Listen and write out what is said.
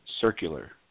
Circular